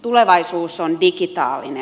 tulevaisuus on digitaalinen